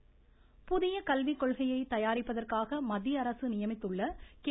கல்விக்கொள்கை புதிய கல்விக் கொள்கையை தயாரிப்பதற்காக மத்திய அரசு நியமித்துள்ள கே